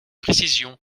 précisions